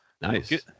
nice